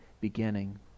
beginning